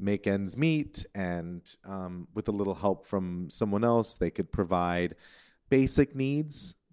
make ends meet, and um with a little help from someone else they could provide basic needs.